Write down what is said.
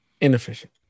Inefficient